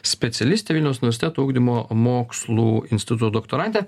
specialistė vilniaus universiteto ugdymo mokslų instituto doktorantė